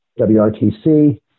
WRTC